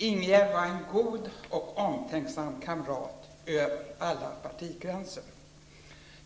Ingegerd var en god och omtänksam kamrat över alla partigränser.